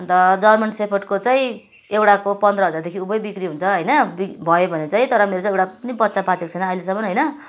अन्त जर्मन सेफर्डको चाहिँ एउटाको पन्ध्र हजारदेखि उँभै बिक्री हुन्छ होइन बि भयो भने चाहिँ तर मेरो चाहिँ एउटा पनि बच्चा बाँचेको छैन अहिलेसम्म होइन